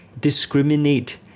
discriminate